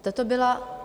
A toto byla...